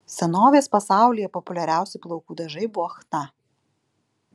senovės pasaulyje populiariausi plaukų dažai buvo chna